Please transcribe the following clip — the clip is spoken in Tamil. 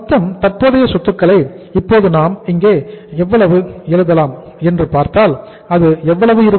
மொத்த தற்போதைய சொத்துக்களை இப்போது நாம் இங்கே எவ்வளவு எழுதலாம் என்று பார்த்தால் அது எவ்வளவு இருக்கும்